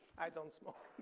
i don't smoke.